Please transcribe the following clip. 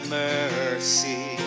mercy